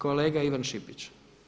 Kolega Ivan Šipić.